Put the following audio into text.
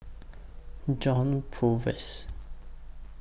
John Purvis